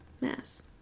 Mass